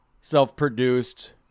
self-produced